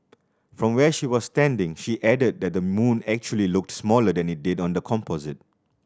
from where she was standing she added that the moon actually looked smaller than it did on the composite